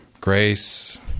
grace